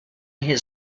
his